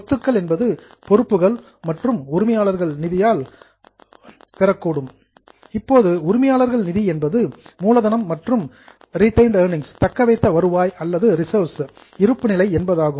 சொத்துக்கள் பொறுப்புகள் உரிமையாளர்கள் நிதி இப்போது உரிமையாளர்கள் நிதி என்பது மூலதனம் மற்றும் ரீடையின்டு எர்நிங்ன்ஸ் தக்கவைத்த வருவாய் அல்லது ரிசர்வ்ஸ் இருப்பு என்பதாகும்